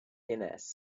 loves